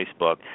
Facebook